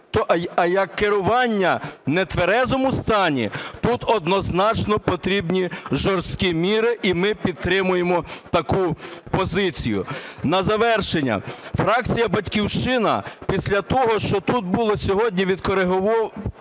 як керування в нетверезому стані, тут однозначно потрібні жорсткі міри. І ми підтримуємо таку позицію. На завершення. Фракція "Батьківщина" після того, що тут були сьогодні відкориговані